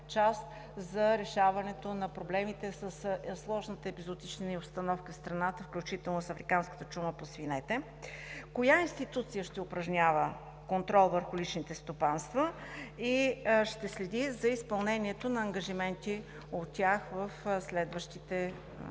за решаването на проблемите със сложната епизоотична обстановка в страната, включително с африканската чума по свинете. Коя институция ще упражнява контрол върху личните стопанства и ще следи за изпълнението на ангажиментите от тях в следващия